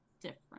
different